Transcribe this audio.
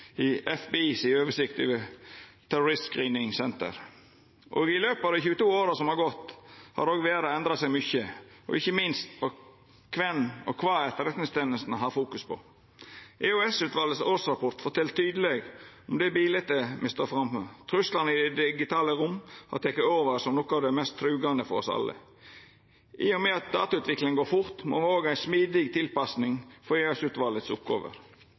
i oversikta til FBIs Terrorist Screening Center. På dei 22 åra som har gått, har verda endra seg mykje, ikkje minst når det gjeld kven og kva etterretningstenestene har fokus på. Årsrapporten frå EOS-utvalet fortel tydeleg om det biletet me står framfor. Truslane i det digitale rom har teke over som noko av det mest trugande for oss alle. I og med at datautviklinga går fort, må me òg ha ei smidig tilpassing for